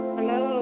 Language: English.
Hello